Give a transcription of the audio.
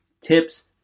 tips